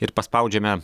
ir paspaudžiame